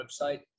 website